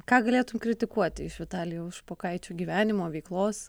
ką galėtum kritikuoti iš vitalijaus špokaičio gyvenimo veiklos